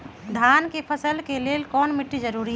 धान के फसल के लेल कौन मिट्टी जरूरी है?